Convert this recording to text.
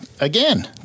Again